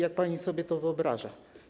Jak pani sobie to wyobraża?